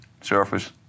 surface